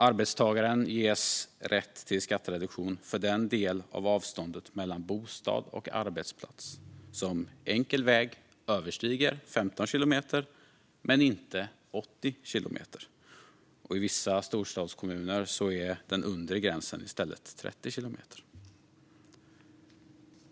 Arbetstagaren ges rätt till skattereduktion för den del av avståndet mellan bostad och arbetsplats som enkel väg överstiger 15 kilometer men inte 80 kilometer. I vissa storstadskommuner kommer den undre gränsen i stället att vara 30 kilometer.